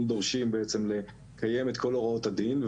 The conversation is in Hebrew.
דורשים בעצם לקיים את כל הוראות הדין.